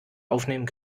aufnehmen